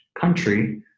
country